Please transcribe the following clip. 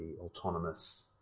autonomous